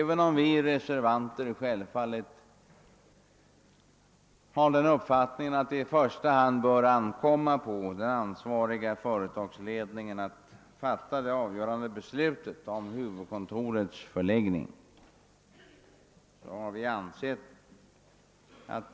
Vi skriver i reservationen: »Det synes inte råda några delade meningar om att det i första hand är den ansvariga företagsledningen som bör ha att fatta de avgörande besluten även i fråga om lokaliseringen av företagets huvudkontor.